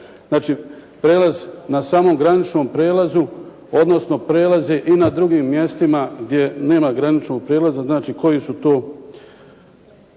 Znači, prijelaz na samom graničnom prijelazu odnosno prijelaze i na drugim mjestima gdje nema graničnog prijelaza znači koji je to